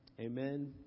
Amen